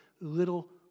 little